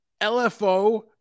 LFO